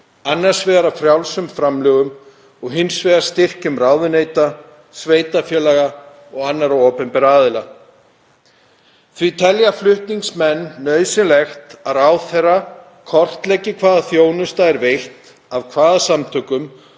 annars vegar á frjálsum framlögum og hins vegar styrkjum ráðuneyta, sveitarfélaga og annarra opinberra aðila. Því telja flutningsmenn nauðsynlegt að ráðherra kortleggi hvaða þjónusta er veitt af hvaða samtökum